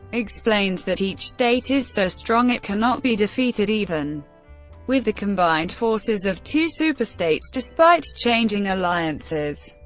explains that each state is so strong it cannot be defeated, even with the combined forces of two superstates, despite changing alliances.